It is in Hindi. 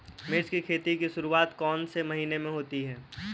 मिर्च की खेती की शुरूआत कौन से महीने में होती है?